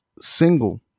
single